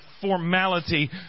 formality